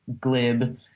glib